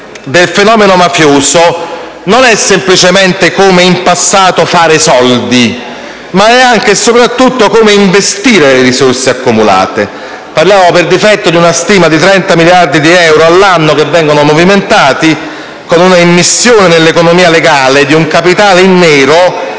del fenomeno mafioso non è semplicemente fare soldi, come in passato, ma è anche e soprattutto come investire le risorse accumulate. Parliamo, per difetto, di una stima di 30 miliardi di euro all'anno che vengono movimentati, con un'immissione nell'economia legale di un capitale in nero